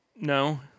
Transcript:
No